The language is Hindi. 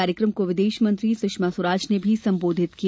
कार्यकम को विदेश मंत्री सुषमा स्वराज ने भी संबोधित किया